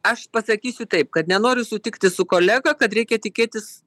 aš pasakysiu taip kad nenoriu sutikti su kolega kad reikia tikėtis